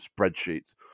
spreadsheets